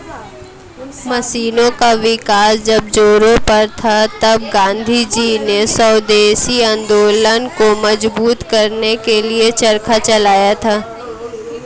मशीनों का विकास जब जोरों पर था तब गाँधीजी ने स्वदेशी आंदोलन को मजबूत करने के लिए चरखा चलाया था